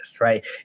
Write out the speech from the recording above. right